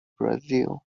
brazil